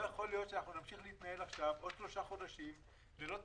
לא יכול להיות שאנחנו נמשיך להתנהל עכשיו עוד שלושה חודשים ללא תקציב,